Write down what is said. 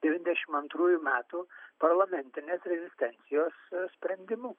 devyniasdešimt antrųjų metų parlamentinės rezistencijos sprendimu